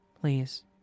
Please